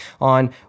on